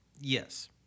Yes